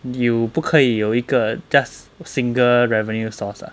you 不可以有一个 just single revenue source ah